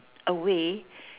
away